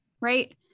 right